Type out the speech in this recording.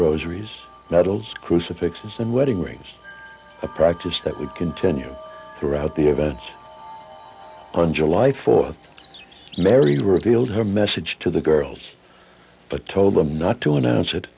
rosaries crucifixes and wedding rings a practice that would continue throughout the events on july fourth mary reveals her message to the girls but told them not to announce it